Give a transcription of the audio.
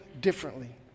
differently